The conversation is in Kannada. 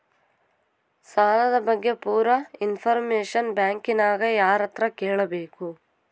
ಸಾಲದ ಬಗ್ಗೆ ಪೂರ ಇಂಫಾರ್ಮೇಷನ ಬ್ಯಾಂಕಿನ್ಯಾಗ ಯಾರತ್ರ ಕೇಳಬೇಕು?